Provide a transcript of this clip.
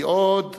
"כי עוד